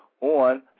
on